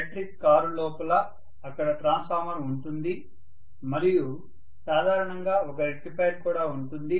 electric car లోపల అక్కడ transformer ఉంటుంది మరియు సాధారణంగా ఒక రెక్టిఫైయర్ కూడా ఉంటుంది